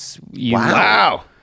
Wow